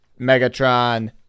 megatron